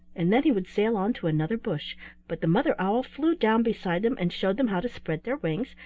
and then he would sail on to another bush but the mother owl flew down beside them and showed them how to spread their wings,